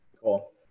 Cool